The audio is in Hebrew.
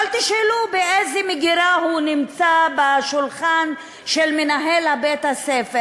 אבל תשאלו באיזו מגירה הוא נמצא בשולחן של מנהל בית-הספר.